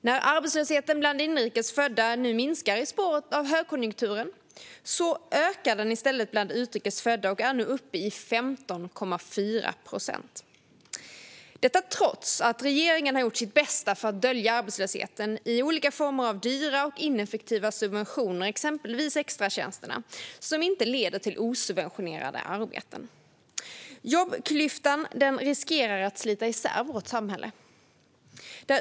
När arbetslösheten bland inrikes födda nu minskar i spåren av högkonjunkturen ökar den i stället bland utrikes födda och är nu uppe i 15,4 procent, detta trots att regeringen har gjort sitt bästa för att dölja arbetslösheten i olika former av dyra och ineffektiva subventioner, exempelvis extratjänsterna, som inte leder till osubventionerade arbeten. Jobbklyftan riskerar att slita isär vårt samhälle.